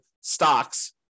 stocks